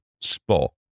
spot